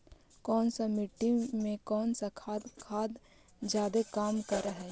कौन सा मिट्टी मे कौन सा खाद खाद जादे काम कर हाइय?